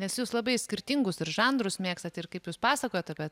nes jūs labai skirtingus ir žanrus mėgstat ir kaip jūs pasakojot apie